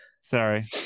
Sorry